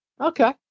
Okay